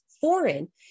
foreign